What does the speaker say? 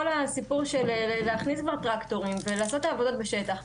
הסיפור של להכניס כבר טרקטורים ולעשות את העבודות בשטח,